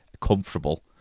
comfortable